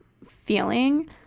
feeling